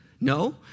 No